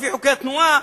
לפי חוקי התנועה,